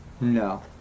no